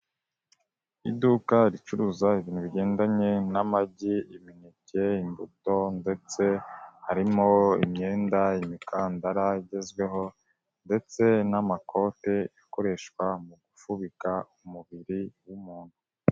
Iduka ricuruza ibintu bigendanye n'amagi, imineke, imbuto, ndetse harimo imyenda, imikandara igezweho, ndetse n'amakote akoreshwa mu gufubika umubiri w'umuntu.